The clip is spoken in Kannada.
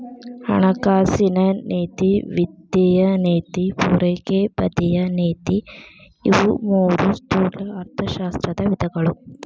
ಹಣಕಾಸಿನ ನೇತಿ ವಿತ್ತೇಯ ನೇತಿ ಪೂರೈಕೆ ಬದಿಯ ನೇತಿ ಇವು ಮೂರೂ ಸ್ಥೂಲ ಅರ್ಥಶಾಸ್ತ್ರದ ವಿಧಗಳು